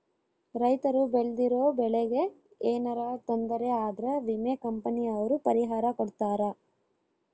ರೈತರು ಬೆಳ್ದಿರೋ ಬೆಳೆ ಗೆ ಯೆನರ ತೊಂದರೆ ಆದ್ರ ವಿಮೆ ಕಂಪನಿ ಅವ್ರು ಪರಿಹಾರ ಕೊಡ್ತಾರ